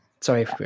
Sorry